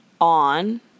on